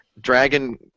Dragon